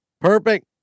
perfect